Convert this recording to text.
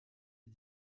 est